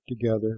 together